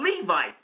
Levite